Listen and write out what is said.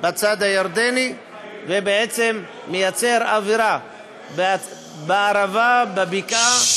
בצד הירדני ובעצם מייצר אווירה בערבה, בבקעה,